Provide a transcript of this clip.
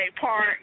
park